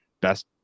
best